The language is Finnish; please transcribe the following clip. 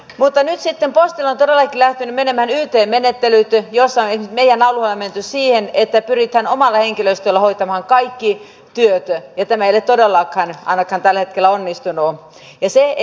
nyt sitten postilla ovat todellakin lähteneet menemään yt menettelyt joissa on esimerkiksi meidän alueellamme menty siihen että pyritään omalla henkilöstöllä hoitamaan kaikki työt ja tämä ei ole todellakaan ainakaan tällä hetkellä onnistunut